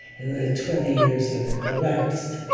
in the twenty years that have elapsed,